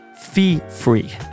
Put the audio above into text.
fee-free